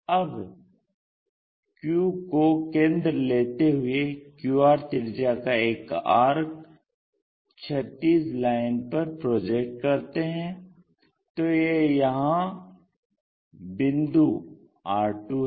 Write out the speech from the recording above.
अब q को केंद्र लेते हुए qr त्रिज्या का एक आर्क क्षैतिज लाइन पर प्रोजेक्ट करते हैं तो यह यहां बिंदु r2 है